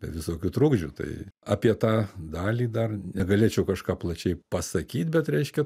visokių trukdžių tai apie tą dalį dar negalėčiau kažką plačiai pasakyt bet reiškia